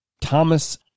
Thomas